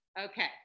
Okay